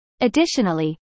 additionally